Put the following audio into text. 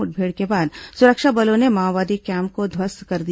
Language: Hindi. मुठभेड़ के बाद सुरक्षा बलों ने माओवादी कैम्प को ध्वस्त कर दिया